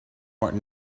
work